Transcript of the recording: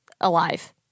alive